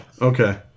Okay